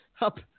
up